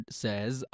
says